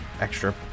extra